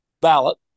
ballot